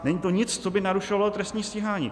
Není to nic, co by narušovalo trestní stíhání.